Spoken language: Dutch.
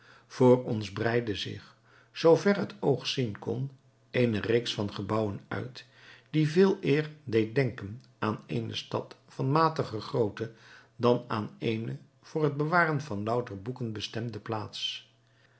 voor ons breidde zich zoo ver het oog zien kon eene reeks van gebouwen uit die veeleer deed denken aan eene stad van matige grootte dan aan eene voor het bewaren van louter boeken bestemde plaats